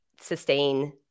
sustain